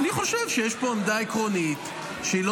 אני חושב שיש פה עמדה עקרונית שהיא לא